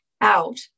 out